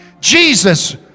Jesus